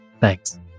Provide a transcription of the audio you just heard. Thanks